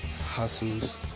hustles